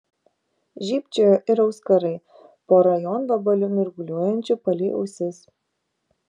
žybčiojo ir auskarai pora jonvabalių mirguliuojančių palei ausis